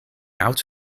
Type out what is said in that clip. out